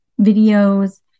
videos